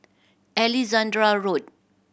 Alexandra Road